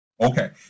Okay